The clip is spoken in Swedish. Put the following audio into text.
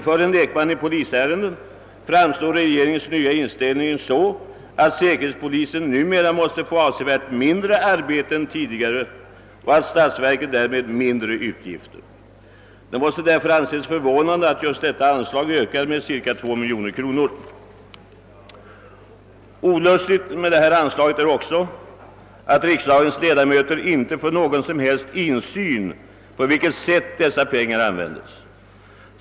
För en lekman i polisärenden framstår regeringens nya inställning så, att säkerhetspolisen numera måste få avsevärt mindre arbete än tidigare och statsverket därmed mindre utgifter. Det måste därför anses förvånande att just detta anslag ökar med cirka 2 miljoner kronor. Något annat som också är olustigt med detta anslag är att riksdagens ledamöter inte får någon som helst insyn i på vilket sätt dessa pengar användes.